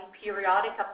periodic